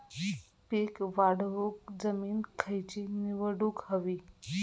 पीक वाढवूक जमीन खैची निवडुक हवी?